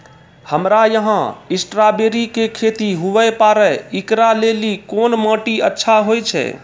हमरा यहाँ स्ट्राबेरी के खेती हुए पारे, इकरा लेली कोन माटी अच्छा होय छै?